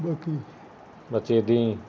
ਬਾਕੀ ਬੱਚੇ ਇੱਦਾਂ ਹੀ